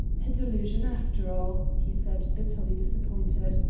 a delusion after all! he said, bitterly disappointed.